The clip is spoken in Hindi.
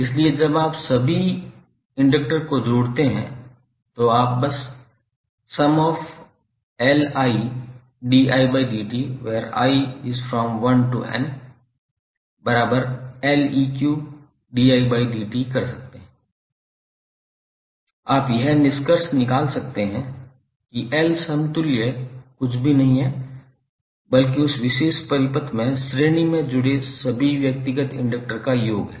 इसलिए जब आप सभी इंडक्टर को जोड़ते हैं तो आप बस कर सकते हैं आप यह निष्कर्ष निकाल सकते हैं कि L समतुल्य कुछ भी नहीं है बल्कि उस विशेष परिपथ में श्रेणी में जुड़े सभी व्यक्तिगत इंडक्टर का योग है